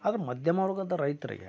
ಅದು ಮಧ್ಯಮ ವರ್ಗದ ರೈತರಿಗೆ